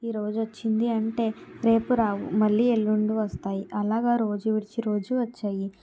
ఈ రోజు వచ్చింది అంటే రేపు రావు మళ్ళీ ఎల్లుండి వస్తాయి అలాగా రోజు విడిచి రోజు వచ్చాయి